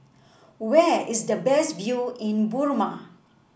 where is the best view in Burma